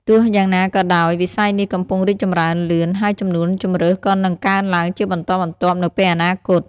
ទោះយ៉ាងណាក៏ដោយ វិស័យនេះកំពុងរីកចម្រើនលឿន ហើយចំនួនជម្រើសក៏នឹងកើនឡើងជាបន្តបន្ទាប់នៅពេលអនាគត។